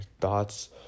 thoughts